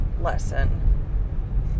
lesson